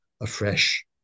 afresh